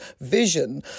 vision